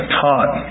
taught